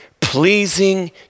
pleasing